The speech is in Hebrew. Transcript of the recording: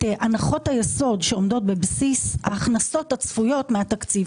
הנחות היסוד שעומדות בבסיס ההכנסות הצפויות מהתקציב.